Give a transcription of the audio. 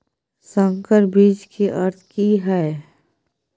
संकर बीज के अर्थ की हैय?